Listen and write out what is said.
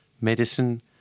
medicine